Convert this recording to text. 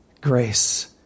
grace